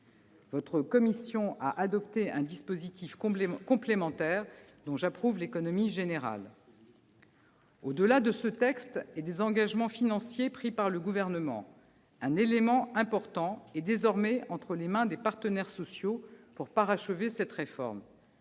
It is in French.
Votre commission a adopté sur ce point un dispositif complémentaire dont j'approuve l'économie générale. Au-delà de ce texte et des engagements financiers pris par le Gouvernement, un élément important est désormais entre les mains des partenaires sociaux pour parachever cette réforme